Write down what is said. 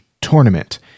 tournament